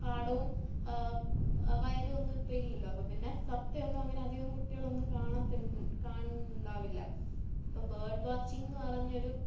പാടവും വയലും ഒന്നും ഇപ്പം ഇല്ലല്ലോ അപ്പം പിന്നെ തത്തയൊന്നും അങ്ങനെ അങ്ങനെ അധികം കുട്ടികളൊന്നും കാണത്തില്ല കാണുന്നുണ്ടാവില്ല അപ്പം ബേഡ് വാച്ചിങ്ങ് പറഞ്ഞ ഒരു